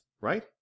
right